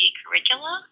curricula